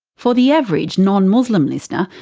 for the average non-muslim listener,